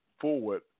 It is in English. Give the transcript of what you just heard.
forward